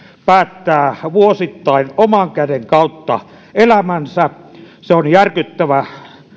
päättää vuosittain oman käden kautta elämänsä se on järkyttävä